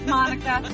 Monica